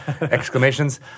exclamations